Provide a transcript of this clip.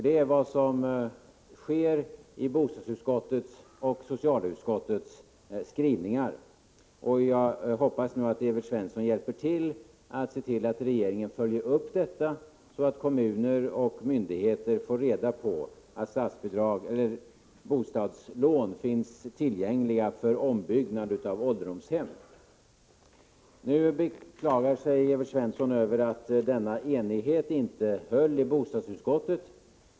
Det är vad som sker i bostadsutskottets och socialutskottets skrivningar. Jag hoppas att Evert Svensson nu hjälper till med att se till att regeringen följer upp detta tillkännagivande, så att kommuner och myndigheter får reda på att bostadslån finns tillgängliga för ombyggnad av ålderdomshem. Evert Svensson beklagade sig över att enigheten i socialutskottet inte höll i bostadsutskottet.